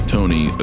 Tony